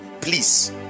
Please